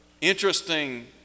interesting